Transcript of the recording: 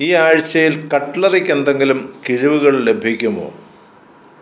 ഈ ആഴ്ചയിൽ കട്ട്ലറിക്ക് എന്തെങ്കിലും കിഴിവുകൾ ലഭിക്കുമോ